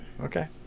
Okay